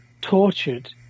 tortured